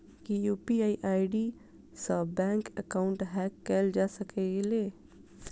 की UPI ID सऽ bank account hack कैल जा सकलिये?